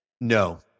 No